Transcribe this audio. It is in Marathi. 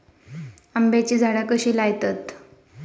आम्याची झाडा कशी लयतत?